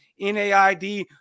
NAID